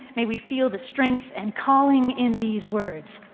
may we feel the strength and calling in these words.